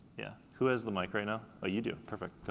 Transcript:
yeah, who has the mike right now? oh, you do. perfect, go